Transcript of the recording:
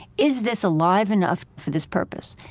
is this alive enough for this purpose?